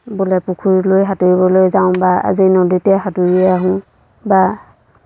বোলে পুখুৰীলৈ সাঁতুৰিবলৈ যাওঁ বা আজি নদীতে সাঁতুৰি আহোঁ বা